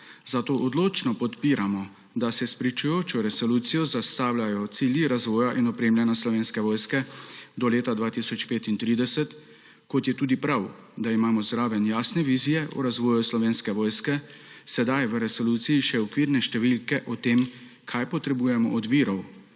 Zato odločno podpiramo, da se s pričujočo resolucijo zastavljajo cilji razvoja in opremljanja slovenske vojske do leta 2035, kot je tudi prav, da imamo zraven jasne vizije o razvoju Slovenske vojske sedaj v resoluciji še okvirne številke o tem, kaj potrebujemo od virov,